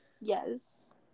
Yes